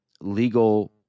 legal